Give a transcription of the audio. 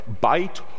bite